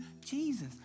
Jesus